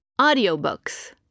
Audiobooks